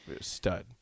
stud